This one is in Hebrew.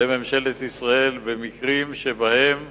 לממשלת ישראל במקרים שבהם